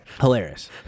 Hilarious